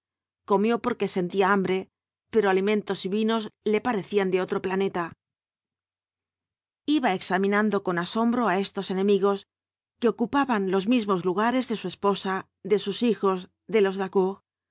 comió porque sentía hambre pero alimentos y vinos le parecían de otro planeta iba examinando con asombro á estos enemigos que ocupaban los mismos lugares de su esposa de sus hijos de los